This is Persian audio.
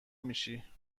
میشی